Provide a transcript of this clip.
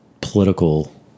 political